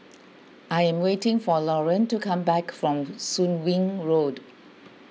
I am waiting for Loren to come back from Soon Wing Road